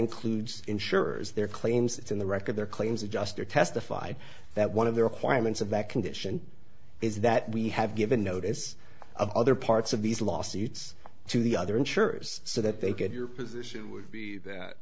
includes insurers their claims it's in the record their claims adjuster testified that one of the requirements of that condition is that we have given notice of other parts of these lawsuits to the other insurers so that they get your position